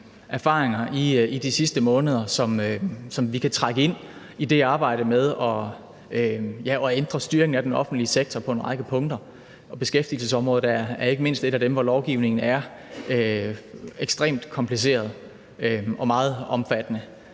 erfaringer i de sidste måneder, som vi kan trække ind i det arbejde med at ændre styringen af den offentlige sektor på en række punkter, og ikke mindst beskæftigelsesområdet er et af dem, hvor lovgivningen er ekstremt kompliceret og meget omfattende.